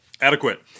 Adequate